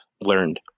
learned